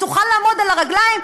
שתוכל לעמוד על הרגליים.